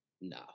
No